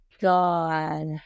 god